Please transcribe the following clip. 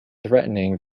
threatening